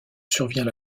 survient